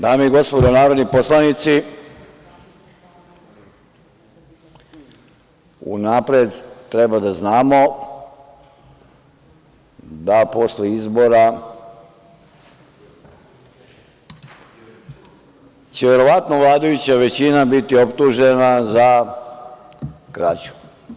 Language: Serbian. Dame i gospodo narodni poslanici, unapred treba da znamo da će posle izbora verovatno vladajuća većina biti optužena za krađu.